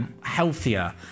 healthier